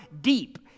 deep